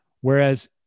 Whereas